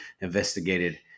investigated